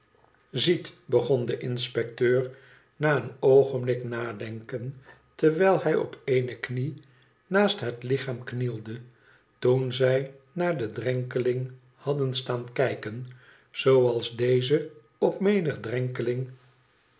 iziet begon de inspecteur na een oogenblik nadenken terwijl hij op eene knie naast het lichaam knielde toen zij naar den drenkeling hadden staan kijken zooals deze op menigen drenkeling